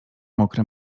mokre